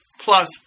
plus